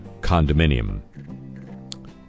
condominium